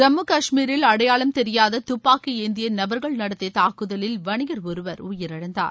ஜம்மு காஷ்மீரில் அடையாளம் தெரியாத துப்பாக்கி ஏற்திய நபர்கள் நடத்திய தாக்குதலில் வணிகர் ஒருவர் உயிரிழந்தார்